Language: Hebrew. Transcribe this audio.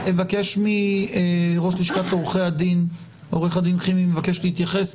ראש לשכת עורכי הדין, עו"ד חימי, מבקש להתייחס.